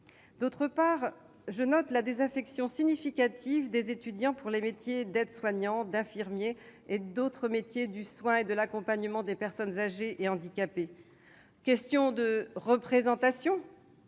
D'autre part, je note la désaffection significative des étudiants pour les métiers d'aide-soignant, d'infirmier, et d'autres professions du soin et de l'accompagnement des personnes âgées et handicapées. Est-ce une question de représentation